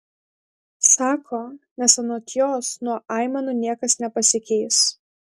sako nes anot jos nuo aimanų niekas nepasikeis